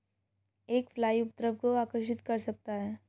एक फ्लाई उपद्रव को आकर्षित कर सकता है?